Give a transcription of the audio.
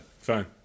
Fine